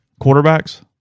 Quarterbacks